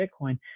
bitcoin